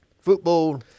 Football